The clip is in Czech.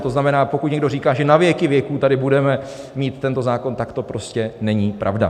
To znamená, že pokud někdo říká, že na věky věků tady budeme mít tento zákon, tak to prostě není pravda.